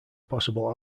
possible